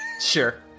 Sure